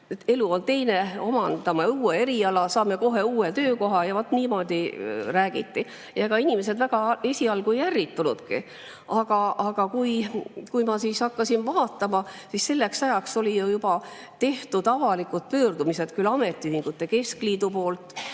elu on teine, omandame uue eriala, saame kohe uue töökoha. Vaat niimoodi räägiti. Ega inimesed esialgu väga ei ärritunudki. Aga kui ma hakkasin vaatama, siis selleks ajaks olid juba tehtud avalikud pöördumised, näiteks ametiühingute keskliidu poolt,